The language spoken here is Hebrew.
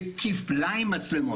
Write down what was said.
בכפליים מצלמות,